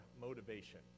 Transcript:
motivation